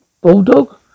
bulldog